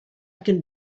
can